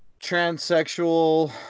transsexual